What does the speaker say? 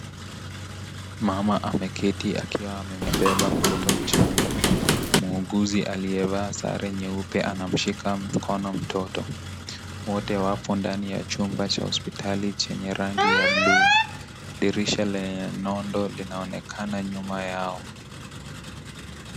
Mama ameketi akiwa amembeba mtoto mchanga ,muuguzi aliyevaa sare nyeupe anamshika mkono mtoto. Wote wapo ndani ya jumba cha hospitali chenye rangi ya bluu, dirisha lenye nondo linaonekana nyuma yao .